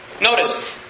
Notice